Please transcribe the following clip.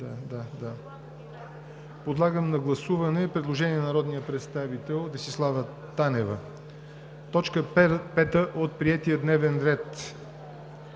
Подлагам на гласуване предложението на народния представител Десислава Танева – точка пета от приетия дневен ред,